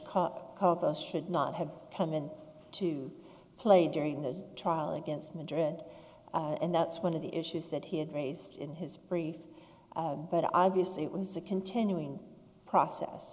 us should not have come in to play during the trial against madrid and that's one of the issues that he had raised in his brief but obviously it was a continuing process